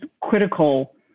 critical